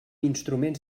instruments